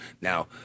Now